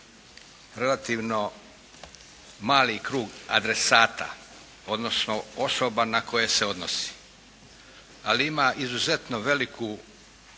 relativno mali krug adresata, odnosno osoba na koje se odnosi. Ali ima izuzetno veliku